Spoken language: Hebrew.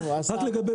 דלתי פתוחה.